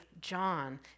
John